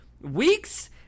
Weeks